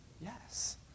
Yes